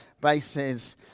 basis